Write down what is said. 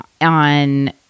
on